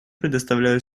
предоставляю